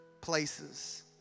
places